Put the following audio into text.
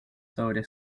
sobre